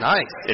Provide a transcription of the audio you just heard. Nice